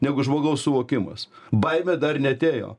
negu žmogaus suvokimas baimė dar neatėjo